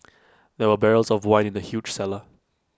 there were barrels of wine in the huge cellar